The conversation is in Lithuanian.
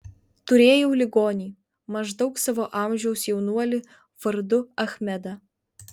turėjau ligonį maždaug savo amžiaus jaunuolį vardu achmedą